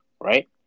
Right